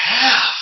half